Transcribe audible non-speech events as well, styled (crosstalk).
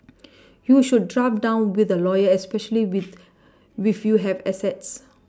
(noise) you should draft down with a lawyer especially with with you have assets